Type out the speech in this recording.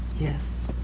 yes.